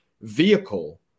vehicle